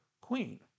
queen